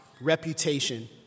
reputation